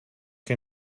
que